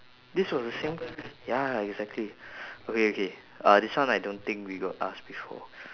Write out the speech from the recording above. this was the same ya exactly okay okay uh this one I don't think we got ask before